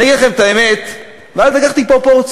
אני אגיד לכם את האמת, ואז לקחתי פרופורציות,